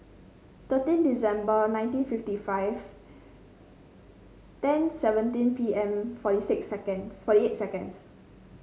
thirteen December nineteen fifty five ten seventeen P M forty six seconds forty eight seconds